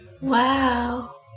Wow